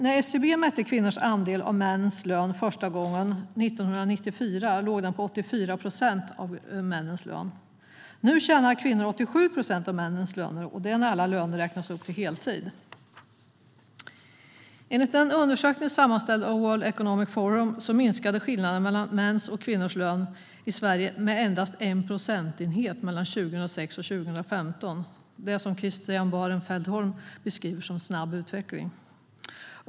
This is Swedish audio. När SCB mätte kvinnors andel av mäns lön första gången 1994 låg den på 84 procent av männens lön. Nu tjänar kvinnor 87 procent av mäns lön, och det är när alla löner räknas upp till heltid. Enligt en undersökning sammanställd av World Economic Forum minskade skillnaden mellan mäns och kvinnors löner i Sverige med endast 1 procentenhet mellan 2006 och 2015 - det som Christian Holm Barenfeld beskriver som snabb utveckling.